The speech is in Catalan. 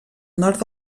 nord